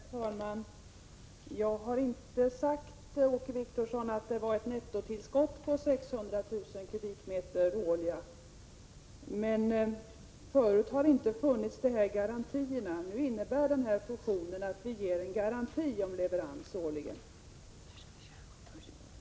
Herr talman! Jag har inte sagt, Åke Wictorsson, att det var ett nettotillskott på 600 000 m? råolja, men förut fanns inte dessa garantier. Fusionen innebär att vi ger en garanti om leverans årligen.